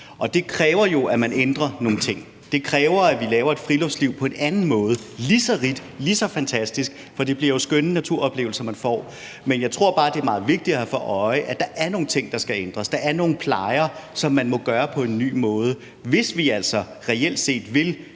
Det kræver jo, at man ændrer nogle ting. Det kræver, at vi laver et friluftsliv på en anden måde, som er lige så berigende og lige så fantastisk, for det bliver jo skønne naturoplevelser, man får. Men jeg tror bare, det er meget vigtigt at have for øje, at der er nogle ting, der skal ændres, at der er nogle ting, vi plejer at gøre, som vi må gøre på en ny måde, hvis vi altså reelt set vil